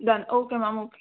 done okay ma'am okay